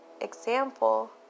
example